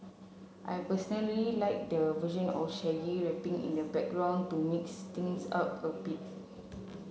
I personally like the version or Shaggy rapping in the background to mix things up a bit